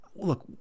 look